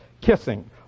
kissing